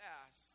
ask